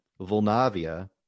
Volnavia